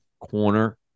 corner